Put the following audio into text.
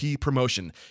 promotion